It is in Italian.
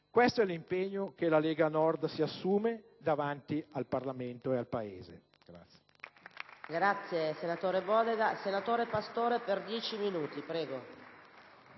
Questo è l'impegno che la Lega Nord si assume davanti al Parlamento e al Paese.